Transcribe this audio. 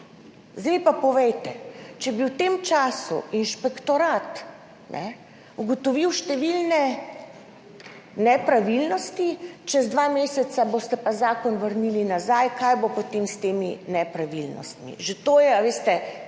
Zdaj mi pa povejte. Če bi v tem času inšpektorat ugotovil številne nepravilnosti, čez dva meseca boste pa zakon vrnili nazaj, kaj bo potem s temi nepravilnostmi? Že to je tako